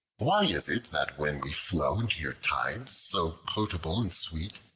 why is it that when we flow into your tides so potable and sweet,